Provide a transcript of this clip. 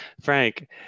Frank